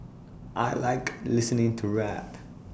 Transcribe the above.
I Like listening to rap